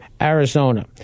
Arizona